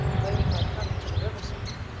waiting my coming to the river-side,